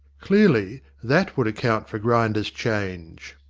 clearly that would account for grinder's change.